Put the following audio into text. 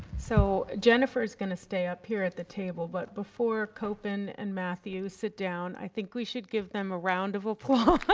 so jennifer's going to stay up at the table but before kopen and matthew sit down i think we should give them a round of applause.